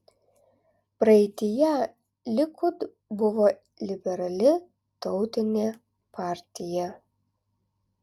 praeityje likud buvo liberali tautinė partija